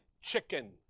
chicken